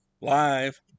live